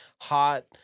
hot